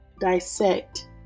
dissect